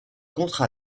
contre